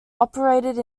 operated